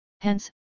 Hence